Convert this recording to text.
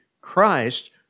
Christ